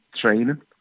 training